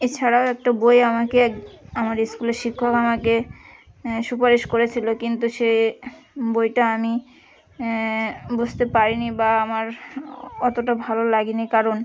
এছাড়াও একটা বই আমাকে এক আমার স্কুলের শিক্ষক আমাকে সুপারিশ করেছিলো কিন্তু সে বইটা আমি বুঝতে পারি নি বা আমার অতোটা ভালো লাগে নি কারণ